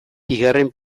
bigarren